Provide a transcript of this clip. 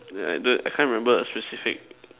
the I can't remember a specific